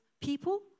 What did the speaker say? people